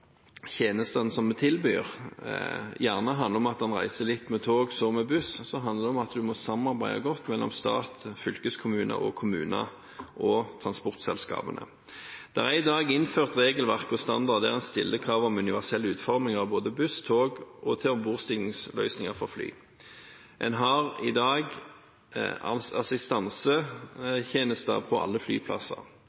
tjenestene som vi tilbyr, ofte innebærer at en reiser litt med tog og så med buss, så handler det om at en må samarbeide godt mellom stat, fylkeskommune, kommune og transportselskapene. Det er i dag innført regelverk og standarder der en stiller krav om universell utforming av både buss, tog og ombordstigningsløsninger for fly. En har i dag